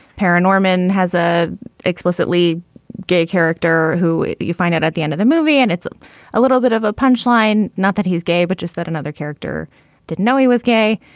paranorman has a explicitly gay character who you find out at the end of the movie, and it's a little bit of a punchline. not that he's gay, but just that another character did know he was gay.